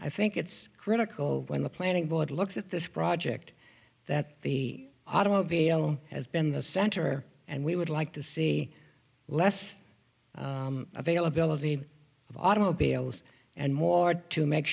i think it's critical when the planning board looks at this project that the automobile as been the center and we would like to see less availability of automobiles and more to make